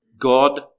God